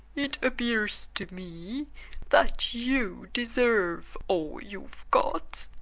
it appears to me that you deserve all you've got.